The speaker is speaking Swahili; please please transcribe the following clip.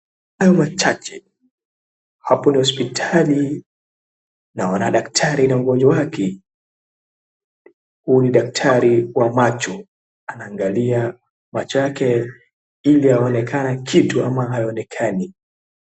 Kwa hayo machache, hapo ni hosiptali na wana daktari na mgonjwa wake, huyu ni daktari wa macho anaangalia macho yake ili yaonekana kitu au hayaonekani.